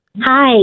Hi